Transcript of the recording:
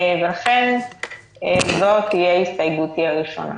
ובהתאם לזהותם של חברי הכנסת הבאים ברשימה,